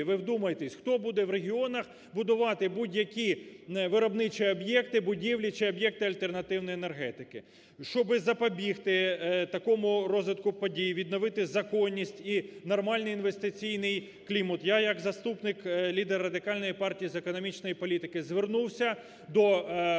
ви вдумайтесь, хто буде в регіонах будувати будь-які виробничі об'єкти, будівлі чи об'єкти альтернативної енергетики. Щоб запобігти такому розвитку подій, відновити законність і нормальний інвестиційний клімат, я як заступник лідера Радикальної партії з економічної політики звернувся до пана